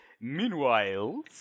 Meanwhile